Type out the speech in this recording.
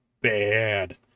bad